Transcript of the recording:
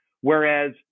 Whereas